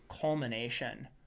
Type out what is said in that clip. culmination